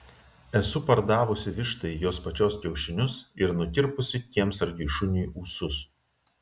esu pardavusi vištai jos pačios kiaušinius ir nukirpusi kiemsargiui šuniui ūsus